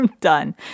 done